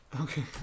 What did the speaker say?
Okay